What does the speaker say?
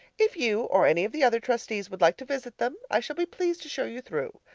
if you or any of the other trustees would like to visit them, i shall be pleased to show you through.